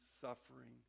suffering